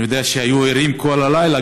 אני יודע שהם היו ערים כל הלילה.